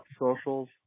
socials